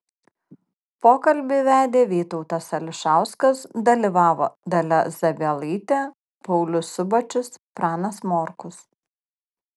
pokalbį vedė vytautas ališauskas dalyvavo dalia zabielaitė paulius subačius pranas morkus